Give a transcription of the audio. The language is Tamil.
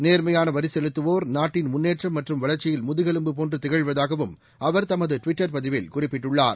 நேர்மையாள வரி செலுத்துவோர் நாட்டின் முன்னேற்றம் மற்றும் வளர்ச்சியில் முதுகெலும்பு போன்று திகழ்வதாகவும் அவர் தமது ட்விட்டர் பதிவில் குறிப்பிட்டுள்ளார்